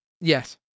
Yes